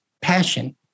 passion